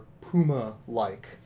Puma-like